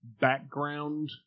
background